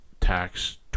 tax